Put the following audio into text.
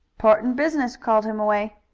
portant business called him away.